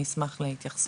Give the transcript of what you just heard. אני אשמח להתייחסות.